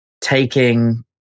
taking